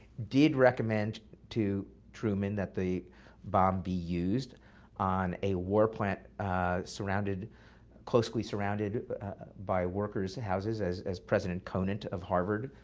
did recommend to truman that the bomb be used on a war plant ah closely surrounded by workers' houses, as as president conant of harvard,